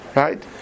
right